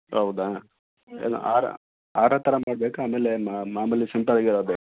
ಹೌದಾ ಏನು ಹಾರ ಹಾರ ಥರ ಮಾಡಬೇಕಾ ಆಮೇಲೆ ಮಾಮೂಲಿ ಸಿಂಪಲ್ ಆಗಿರೋದು ಬೇಕಾ